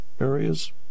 areas